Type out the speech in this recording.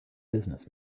business